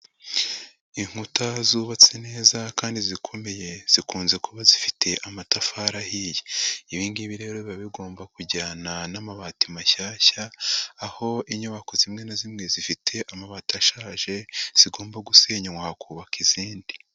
Inkuta zubatse neza kandi zikomeye zikunze kuba zifite amatafari ahiye. Ibingibi rero biba bigomba kujyana n'amabati mashyashya aho inyubako zimwe na zimwe zifite amabati ashaje zigomba gusenywa hakubaka izindi.